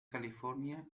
california